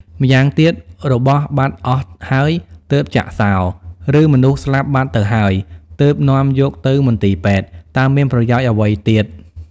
ម្យ៉ាងទៀត របស់បាត់អស់ហើយ ទើបចាក់សោរ ឬមនុស្សស្លាប់បាត់ទៅហើយ ទើបនាំយកទៅមន្ទីរពេទ្យ តើមានប្រយោជន៍អ្វីទៀត ។